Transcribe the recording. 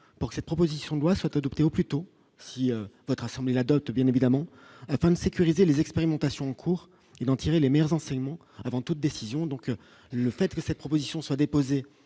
pour cette proposition de loi soit adopté au plus tôt si votre assemblée l'adoptent, bien évidemment, afin de sécuriser les expérimentations en cours et d'en tirer les meilleurs enseignements avant toute décision, donc le fait que cette proposition soit déposée.